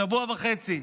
שבוע וחצי,